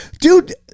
Dude